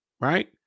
Right